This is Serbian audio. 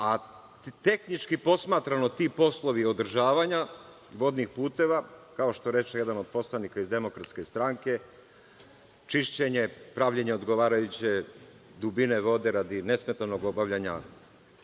a tehnički posmatrano ti poslovi održavanja vodnih puteva, kao što reče jedan od poslanika iz DS, čišćenje, pravljenje odgovarajuće dubine vode radi nesmetanog obavljanja